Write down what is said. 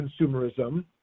consumerism